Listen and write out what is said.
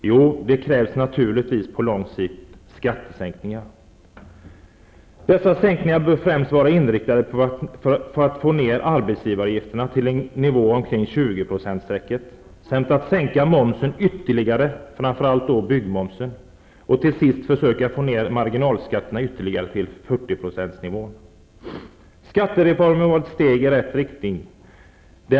Jo, det krävs naturligtvis skattesänkningar på lång sikt. Dessa bör främst vara inriktade på att få ner arbetsgivaravgifterna till en nivå omkring 20 procentsstrecket samt att sänka momsen ytterligare, framför allt byggmomsen, och till sist att försöka få ner marginalskatterna till en nivå på 40 %. Skattereformen var ett steg i rätt riktning.